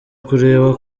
kureba